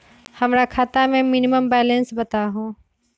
हमरा खाता में मिनिमम बैलेंस बताहु?